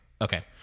Okay